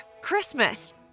Christmas